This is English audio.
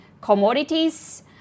Commodities